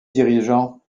dirigeants